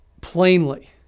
plainly